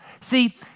See